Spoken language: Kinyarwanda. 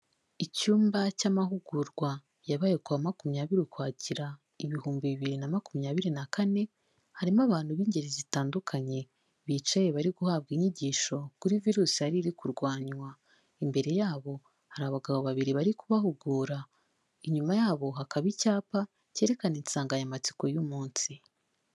Icyumba cy'amahugurwa yabaye ku wa makumyabiri ukwakira ibihumbi bibiri na makumyabiri na kane harimo abantu b'ingeri zitandukanye bicaye bari guhabwa inyigisho kuri virusi yari iri kurwanywa, imbere yabo hari abagabo babiri bari kubahugura; inyuma yabo hakaba icyapa cyerekana insanganyamatsiko y'umunsi.